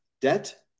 debt